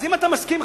אז אם אתה מסכים,